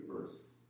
verse